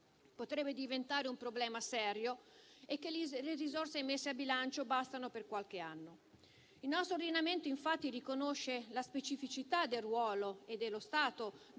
potrebbe diventare un problema serio e che le risorse messe a bilancio bastano per qualche anno. Il nostro ordinamento infatti riconosce la specificità del ruolo e dello stato